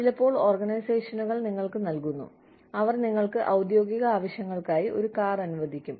ചിലപ്പോൾ ഓർഗനൈസേഷനുകൾ നിങ്ങൾക്ക് നൽകുന്നു അവർ നിങ്ങൾക്ക് ഔദ്യോഗിക ആവശ്യങ്ങൾക്കായി ഒരു കാർ അനുവദിക്കും